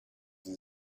sie